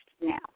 now